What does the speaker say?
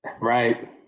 Right